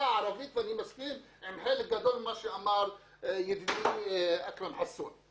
הערבית ואני מסכים עם חלק גדול ממה שאמר ידידי אכרם חסון.